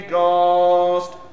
Ghost